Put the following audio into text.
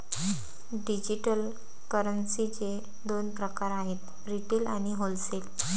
digital करन्सीचे दोन प्रकार आहेत रिटेल आणि होलसेल